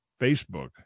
Facebook